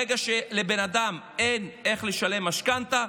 ברגע שלבן אדם אין איך לשלם משכנתה,